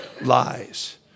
lies